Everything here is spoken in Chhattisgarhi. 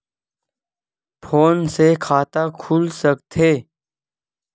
फोन से खाता खुल सकथे?